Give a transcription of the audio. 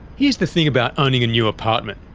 here's the thing about owning a new apartment.